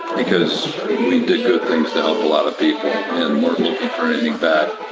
because we did good things to help a lot of people and weren't looking for anything back.